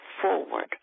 Forward